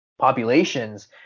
populations